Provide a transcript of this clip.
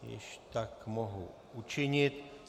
Již tak mohu učinit.